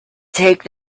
take